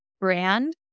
brand